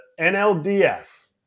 NLDS